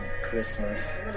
Christmas